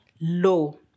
low